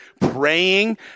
praying